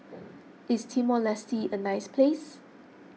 is Timor Leste a nice place